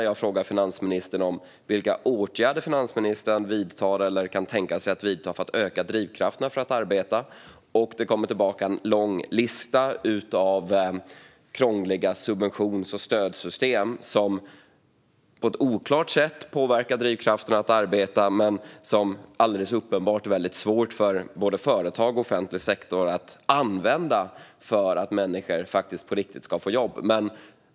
Jag frågade finansministern vilka åtgärder finansministern vidtar eller kan tänka sig att vidta för att öka drivkrafterna för att arbeta, och det kom tillbaka en lång lista med krångliga subventions och stödsystem som på ett oklart sätt påverkar drivkrafterna att arbeta men som alldeles uppenbart är väldigt svåra för både företag och offentlig sektor att använda för att människor ska få jobb.